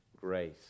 grace